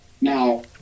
Now